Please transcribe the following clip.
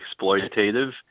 exploitative